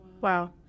Wow